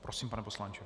Prosím, pane poslanče.